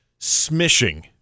smishing